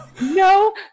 no